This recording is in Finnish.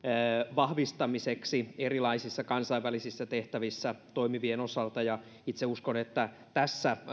vahvistamiseksi erilaisissa kansainvälisissä tehtävissä toimivien osalta ja itse uskon että tässä